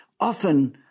often